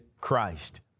Christ